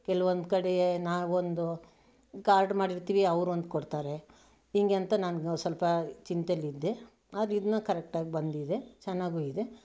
ಕೆಲವೊಂದು ಕಡೆ ನಾವೊಂದು ಕಾರ್ಡ್ ಮಾಡಿರ್ತೀವಿ ಅವರೊಂದು ಕೊಡ್ತಾರೆ ಹೀಗೇಂತ ನಾನು ಸ್ವಲ್ಪ ಚಿಂತೇಲಿದ್ದೆ ಆದರೆ ಇದನ್ನ ಕರೆಕ್ಟಾಗಿ ಬಂದಿದೆ ಚೆನ್ನಾಗೂ ಇದೆ